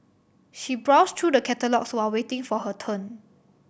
she browse through the catalogues while waiting for her turn